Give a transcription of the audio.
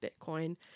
Bitcoin